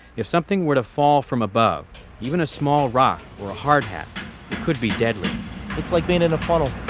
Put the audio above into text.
if something were to fall from above, even a small rock or a hardhat, it could be deadly it's like being in a funnel.